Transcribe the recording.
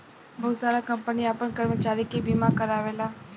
बहुत सारा कंपनी आपन कर्मचारी के बीमा कारावेला